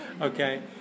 Okay